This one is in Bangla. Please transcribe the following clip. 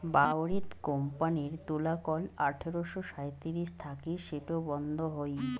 বাউরিথ কোম্পানির তুলাকল আঠারশো সাঁইত্রিশ থাকি সেটো বন্ধ হই